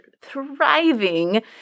thriving